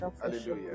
Hallelujah